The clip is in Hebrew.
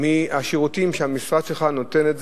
מהשירותים האלה שהמשרד שלך נותן.